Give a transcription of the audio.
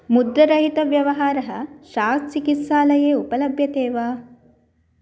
मुद्ररहितव्यवहारः शास्चिकित्सालये उपलभ्यते वा